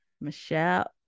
michelle